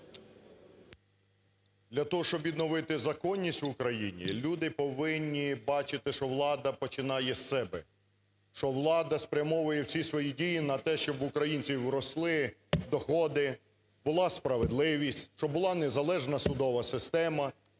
Для того, щоб відновити законність в Україні, люди повинні бачити, що влада починає з себе, що влада спрямовує всі свої дії на те, щоб в українців росли доходи, була справедливість, щоб була незалежна судова система,